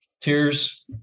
Tears